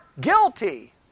guilty